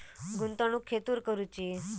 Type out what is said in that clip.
गुंतवणुक खेतुर करूची?